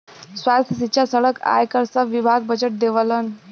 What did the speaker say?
स्वास्थ्य, सिक्षा, सड़क, आयकर सब विभाग बजट देवलन